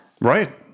Right